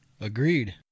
Agreed